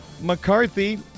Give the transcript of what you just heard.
McCarthy